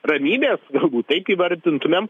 ramybės turbūt taip įvardintumėm